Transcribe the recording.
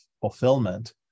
fulfillment